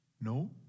No